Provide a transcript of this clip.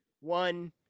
one